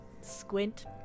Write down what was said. Squint